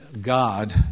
God